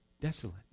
desolate